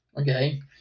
okay